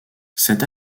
cette